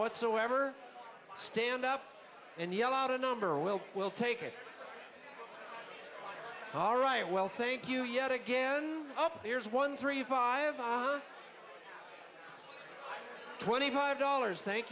whatsoever stand up and yell out a number we'll we'll take it all right well thank you yet again up here's one three five twenty five dollars thank